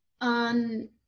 on